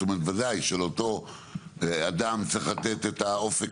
זאת אומרת ודאי שלאותו אדם צריך לתת את האופק